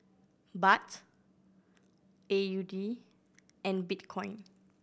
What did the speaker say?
Baht A U D and Bitcoin